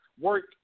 work